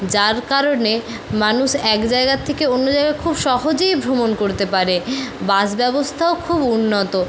যার কারণে মানুষ এক জায়গা থেকে অন্য জায়গায় খুব সহজেই ভ্রমণ করতে পারে বাস ব্যবস্থাও খুব উন্নত